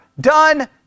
done